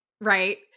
right